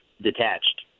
detached